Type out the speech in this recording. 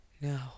no